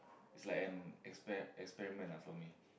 it's like an expe~ experiment ah for me